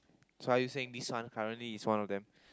so are you saying this one currently is one of them